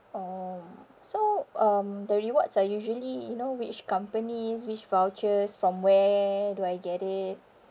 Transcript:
um so um the rewards are usually you know which companies which vouchers from where do I get it